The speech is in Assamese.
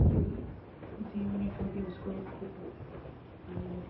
চি জিঅ' নেটৱৰ্ক ইউজ কৰি ভাল পাব আৰু